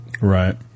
Right